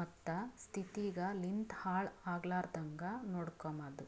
ಮತ್ತ ಸ್ಥಿತಿಗ್ ಲಿಂತ್ ಹಾಳ್ ಆಗ್ಲಾರ್ದಾಂಗ್ ನೋಡ್ಕೊಮದ್